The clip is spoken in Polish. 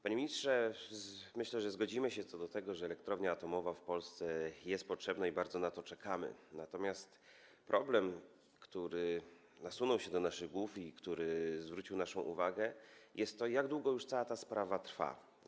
Panie ministrze, myślę, że zgodzimy się co do tego, że elektrownia atomowa w Polsce jest potrzebna i bardzo na to czekamy, natomiast problemem, który nam się nasunął, który zwrócił naszą uwagę, jest to, jak długo ta cała sprawa już trwa.